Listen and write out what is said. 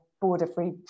border-free